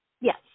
yes